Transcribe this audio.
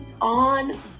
on